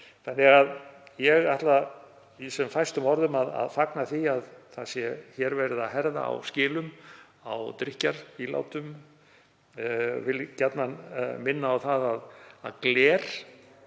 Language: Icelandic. nefna það. Ég ætla í sem fæstum orðum að fagna því að hér sé verið að herða á skilum á drykkjarílátum. Ég vil gjarnan minna á það að gler